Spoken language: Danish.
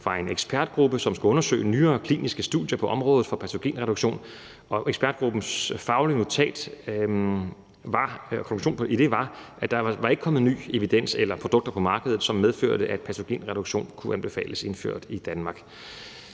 fra en ekspertgruppe, som skulle undersøge nyere kliniske studier på området for patogenreduktion, og konklusionen i ekspertgruppens faglige notat var, at der ikke var kommet ny evidens eller produkter på markedet, som medførte, at patogenreduktion kunne anbefales indført i Danmark.